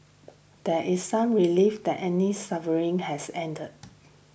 there is some relief that Annie's suffering has ended